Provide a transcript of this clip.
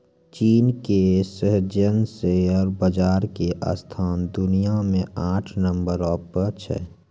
चीन के Shenzhen share बाजार के स्थान दुनिया मे आठ नम्बरो पर छै